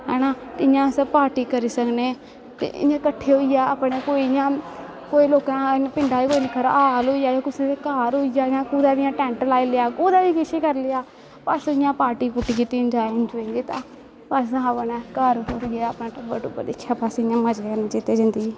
है ना ते इ'यां अस पार्टी करी सकने ते इ'यां कट्ठे होइयै अपने कोई इ'यां कोई लोकें दा इ'यां पिंडा च कोई निक्का हारा हाल जाए कुसै दे घर होई जाए जां कुतै बी इ'यां टैंट लाई लेआ कुतै बी किश बी करी लेआ बस इ'यां पार्टी पुर्टी कीती इंजाए उंजाए कीता बस हवन ऐ घर घूर गेआ